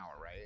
right